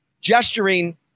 gesturing